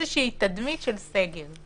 זה מצוין וזה מתווה בריאותי מצוין וחשוב.